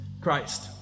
Christ